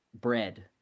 bread